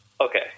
okay